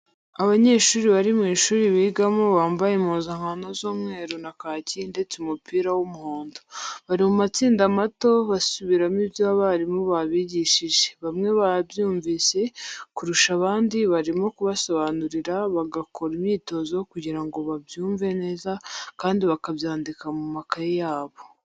Abanyeshuri bari mu ishuri bigamo bambaye impuzankano z'umweru na kaki ndetse umupira w'umuhondo, bari mu matsinda mato basubiramo ibyo abarimu babigishije, bamwe babyumvise kurusha abandi barimo kubasobanurira bagakora imyitozo kugira ngo babyumve neza kandi bakabyandika mu makaye yabo.